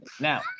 Now